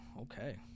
Okay